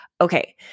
Okay